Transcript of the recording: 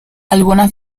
algunas